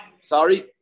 Sorry